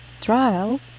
Trial